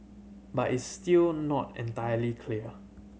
but it's still not entirely clear